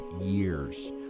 years